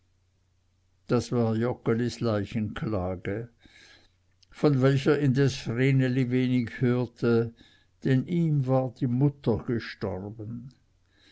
das war joggelis leichenklage von welcher indes vreneli wenig hörte denn ihm war die mutter gestorben